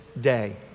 Day